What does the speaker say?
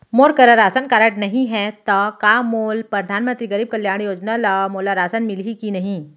मोर करा ration card नहीं है त का मोल परधानमंतरी गरीब कल्याण योजना ल मोला राशन मिलही कि नहीं?